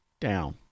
down